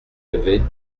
levé